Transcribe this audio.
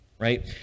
Right